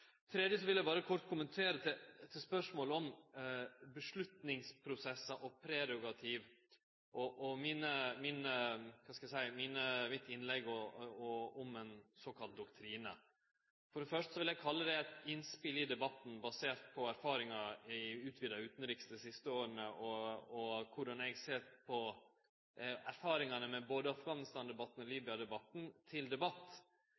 Eg vil berre kort kommentere spørsmålet om avgjerdsprosessar, prerogativ og mitt innlegg om ein såkalla doktrine. For det første vil eg kalle det eit innspel i debatten basert på erfaringar i den utvida utanrikskomiteen dei siste åra og på korleis eg ser på erfaringane med både Afghanistan-debatten og Libya-debatten. Spørsmålet om korleis ei avgjerd bør takast, og